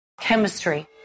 chemistry